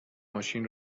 ماشین